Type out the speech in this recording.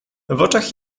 oczach